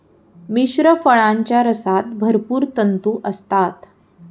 मिश्र फळांच्या रसात भरपूर तंतू असतात